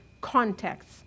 context